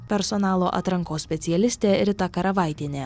personalo atrankos specialistė rita karavaitienė